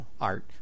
art